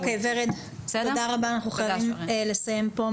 אוקיי ורד, תודה רבה, אנחנו חייבים לסיים פה.